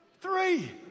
three